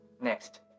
next